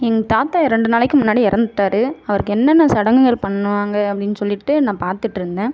எங்க தாத்தா ரெண்டு நாளைக்கு முன்னாடி இறந்துட்டாரு அவருக்கு என்னென்ன சடங்குகள் பண்ணிணாங்க அப்படின்னு சொல்லிட்டு நான் பார்த்துகிட்ருந்தேன்